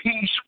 peace